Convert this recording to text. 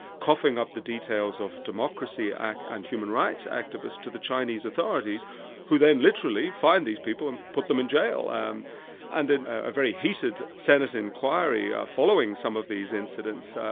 coughing up the details of democracy and and human rights activists, to the chinese authorities who then literally fine these people and put them in jail? and and in a very heated senate inquiry following some of these incidents,